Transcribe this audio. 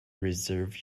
reserve